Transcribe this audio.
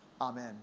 Amen